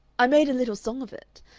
i made a little song of it.